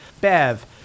Bev